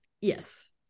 yes